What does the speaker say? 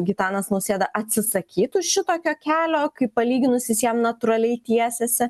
gitanas nausėda atsisakytų šitokio kelio kaip palyginus jis jam natūraliai tiesiasi